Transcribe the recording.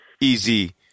easy